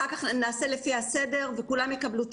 אחר כך נעשה לפי הסדר וכולם יקבלו תשובות.